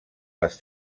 les